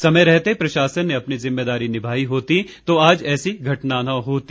समय रहते प्रशासन ने अपनी जिम्मेदारी निभाई होती तो आज ऐसी घटना न होती